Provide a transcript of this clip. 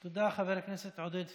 תודה, חבר הכנסת עודד פורר.